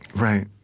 right.